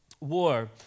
war